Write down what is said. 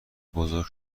بزرگ